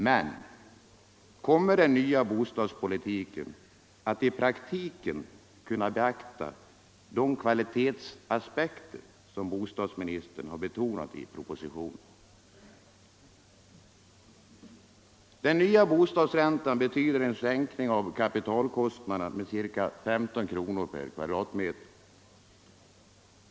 Men kommer den nya bostadspolitiken att i praktiken kunna beakta de kvalitetsaspekter som bostadsministern betonat i propositionen? Den nya bostadsräntan betyder en sänkning av kapitalkostnaderna med ca 15 kronor per kvadratmeter.